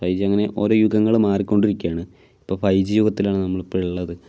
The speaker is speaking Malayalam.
ഫൈവ് ജി അങ്ങനെ ഓരോ യുഗങ്ങൾ മാറിക്കൊണ്ടിരിക്കുകയാണ് ഇപ്പോൾ ഫൈവ് ജി യുഗത്തിലാണ് നമ്മളിപ്പോൾ ഉള്ളത്